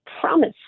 promise